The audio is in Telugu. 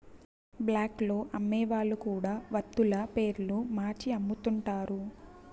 బ్లాక్ లో అమ్మే వాళ్ళు కూడా వత్తుల పేర్లు మార్చి అమ్ముతుంటారు